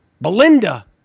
Belinda